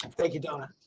thank you donna.